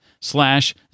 slash